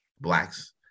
Blacks